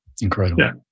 Incredible